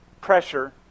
pressure